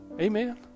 Amen